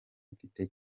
mfite